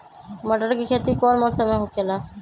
मटर के खेती कौन मौसम में होखेला?